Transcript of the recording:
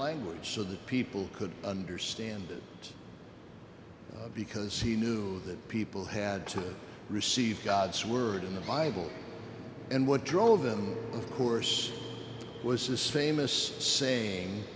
language so that people could understand it because he knew that people had to receive god's word in the bible and what drove them of course was the same as saying